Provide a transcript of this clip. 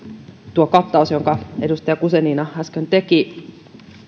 tuo kattaus jonka edustaja guzenina äsken teki